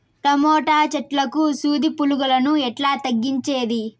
Tomato చెట్లకు సూది పులుగులను ఎట్లా తగ్గించేది?